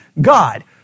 God